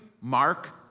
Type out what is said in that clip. Mark